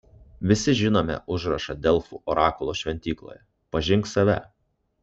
visi žinome užrašą delfų orakulo šventykloje pažink save